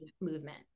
movement